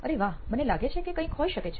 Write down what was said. અરે વાહ મને લાગે છે કે કંઈક હોઈ શકે છે